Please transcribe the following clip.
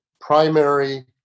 primary